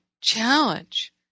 challenge